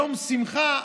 יום שמחה,